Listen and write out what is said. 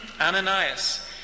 Ananias